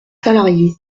salariés